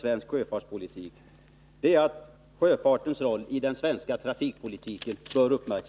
Vi säger följande: ”Bl.